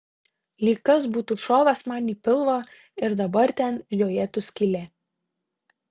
lyg kas būtų šovęs man į pilvą ir dabar ten žiojėtų skylė